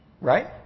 Right